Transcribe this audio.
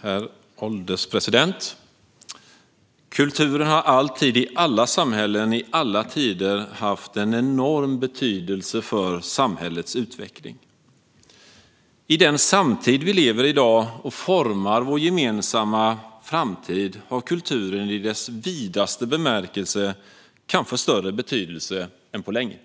Herr ålderspresident! Kulturen har alltid, i alla samhällen och i alla tider, haft en enorm betydelse för samhällets utveckling. I den samtid där vi i dag lever och formar vår gemensamma framtid har kulturen i dess vidaste bemärkelse kanske större betydelse än på länge.